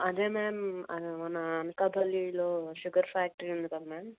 అదే మ్యామ్ మన అనకాపల్లిలో షుగర్ ఫ్యాక్టరీ ఉందిగా మ్యామ్